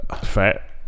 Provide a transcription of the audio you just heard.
Fat